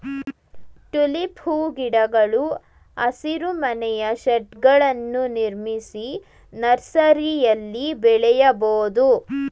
tulip ಹೂಗಿಡಗಳು ಹಸಿರುಮನೆಯ ಶೇಡ್ಗಳನ್ನು ನಿರ್ಮಿಸಿ ನರ್ಸರಿಯಲ್ಲಿ ಬೆಳೆಯಬೋದು